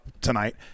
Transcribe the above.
tonight